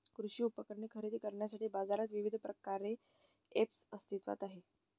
कृषी उपकरणे खरेदी करण्यासाठी बाजारात विविध प्रकारचे ऐप्स अस्तित्त्वात आहेत